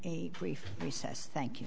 a brief recess thank you